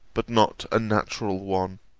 but not a natural one